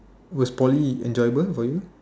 was Poly enjoyable for you